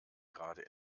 gerade